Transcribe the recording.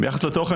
ביחס לתוכן,